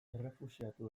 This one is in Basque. errefuxiatu